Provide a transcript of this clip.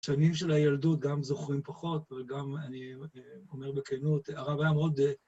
שנים של הילדות גם זוכרים פחות, אבל גם אני אומר בכנות, הרב היה מאוד...